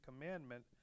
commandment